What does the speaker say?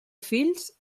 fills